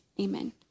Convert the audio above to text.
Amen